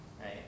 right